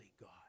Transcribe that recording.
God